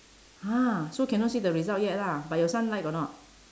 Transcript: !huh! so cannot see the result yet lah but your son like or not